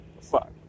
Fuck